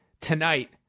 Tonight